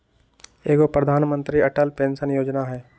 एगो प्रधानमंत्री अटल पेंसन योजना है?